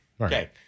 Okay